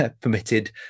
permitted